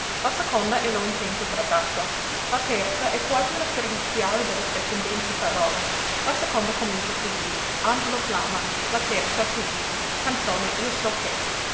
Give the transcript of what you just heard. la seconda è lo intento trattato la terza è quasi una serviziale de le precedenti parole la seconda comincia quivi angelo clama la terza quivi canzone io so che